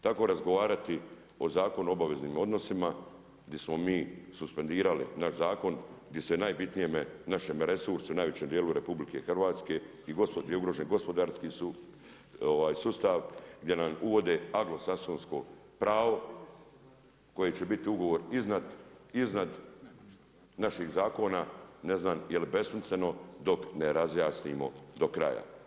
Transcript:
Tako razgovarati o Zakonu o obaveznim odnosima, gdje smo mi suspendirali naš zakon, gdje se najbitnije našem resursu najvećem dijelu RH i gospodarskom ugroženi gospodarski su sustav gdje nam uvode anglosaksonsko pravo koje će biti ugovor iznad naših zakona, ne znam je li besmisleno dok, ne razjasnimo do kraja.